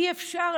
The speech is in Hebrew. אי-אפשר,